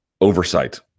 oversight